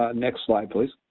ah next slide please.